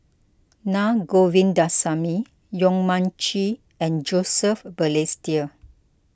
Na Govindasamy Yong Mun Chee and Joseph Balestier